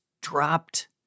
dropped